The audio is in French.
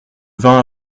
vingt